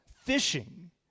fishing